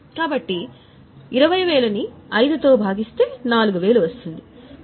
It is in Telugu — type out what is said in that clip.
కాబట్టి 20000 ని 5 తో భాగిస్తే 4000 వస్తుంది అంటే సంవత్సరానికి రూ